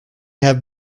have